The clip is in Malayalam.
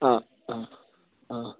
ആ ആ ആ